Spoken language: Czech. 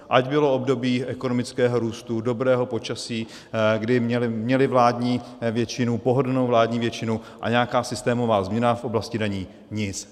Ať bylo období ekonomického růstu, dobrého počasí, kdy měli vládní většinu, pohodlnou vládní většinu, a nějaká systémová změna v oblasti daní nic.